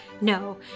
No